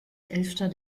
elfter